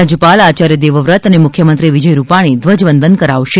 રાજ્યપાલ આચાર્ય દેવવ્રત ને મુખ્યમંત્રી વિજય રૂપાણી ધ્વજવંદન કરાવશે